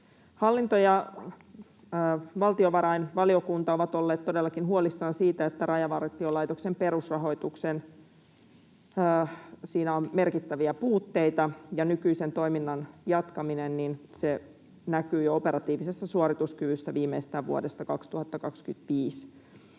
Hallinto- ja valtiovarainvaliokunta ovat olleet todellakin huolissaan siitä, että Rajavartiolaitoksen perusrahoituksessa on merkittäviä puutteita ja nykyisen toiminnan jatkaminen näkyy jo operatiivisessa suorituskyvyssä viimeistään vuodesta 2025.